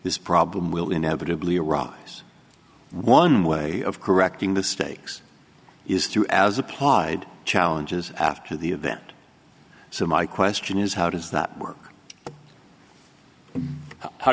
this problem will inevitably arise one way of correcting the stakes is through as applied challenges after the event so my question is how does that work how